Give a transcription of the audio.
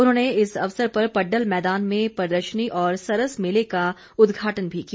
उन्होंने इस अवसर पर पड़डल मैदान में प्रदर्शनी और सरस मेले का उद्घाटन भी किया